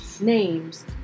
names